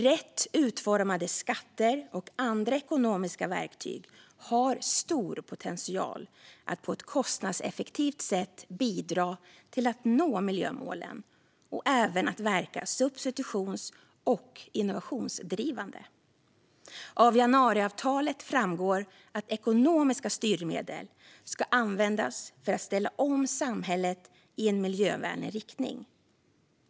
Rätt utformade skatter och andra ekonomiska verktyg har stor potential att på ett kostnadseffektivt sätt bidra till att miljömålen nås, och även att verka substitutions och innovationsdrivande. Av januariavtalet framgår att ekonomiska styrmedel ska användas för att ställa om samhället i en miljövänlig riktning.